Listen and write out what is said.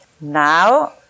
Now